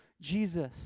Jesus